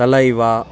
తలైవా